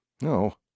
No